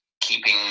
keeping